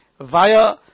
via